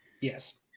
Yes